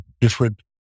different